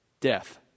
Death